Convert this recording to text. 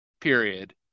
period